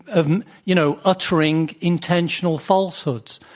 um you know, uttering intentional falsehoods.